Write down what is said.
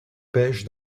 pêche